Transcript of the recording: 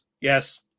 Yes